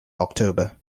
october